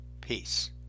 Peace